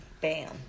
Bam